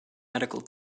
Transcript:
medical